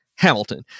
Hamilton